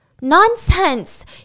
Nonsense